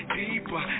deeper